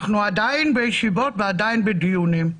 אנחנו עדיין בישיבות ועדיין בדיונים.